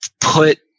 put